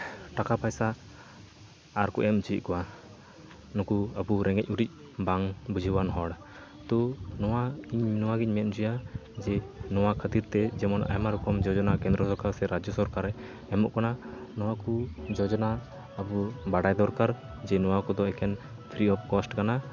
ᱴᱟᱠᱟ ᱯᱚᱭᱥᱟ ᱟᱨᱠᱚ ᱮᱢ ᱦᱚᱪᱚᱭᱮᱜ ᱠᱚᱣᱟ ᱱᱩᱠᱩ ᱟᱵᱚ ᱨᱮᱸᱜᱮᱡ ᱚᱨᱮᱡ ᱵᱟᱝ ᱵᱩᱡᱷᱟᱹᱣ ᱟᱱ ᱦᱚᱲ ᱛᱚ ᱱᱚᱣᱟ ᱤᱧ ᱱᱚᱣᱟᱜᱮᱧ ᱢᱮᱱ ᱦᱚᱪᱚᱭᱟ ᱡᱮ ᱱᱚᱣᱟ ᱠᱷᱟᱹᱛᱤᱮ ᱛᱮ ᱡᱮᱢᱚᱱ ᱟᱭᱢᱟ ᱡᱳᱡᱚᱱᱟ ᱠᱮᱫᱨᱚ ᱫᱚᱨᱠᱟᱨ ᱥᱮ ᱨᱟᱡᱽᱡᱚ ᱥᱚᱨᱠᱟᱨᱮ ᱮᱢᱚᱜ ᱠᱟᱱᱟ ᱱᱚᱣᱟ ᱠᱩ ᱡᱳᱡᱚᱱᱟ ᱟᱵᱚ ᱵᱟᱲᱟᱭ ᱫᱚᱨᱠᱟᱨ ᱡᱮ ᱱᱚᱣᱟ ᱠᱚᱫᱚ ᱮᱠᱮᱱ ᱯᱷᱨᱤ ᱚᱯᱷ ᱠᱚᱥᱴ ᱠᱟᱱᱟ